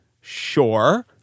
Sure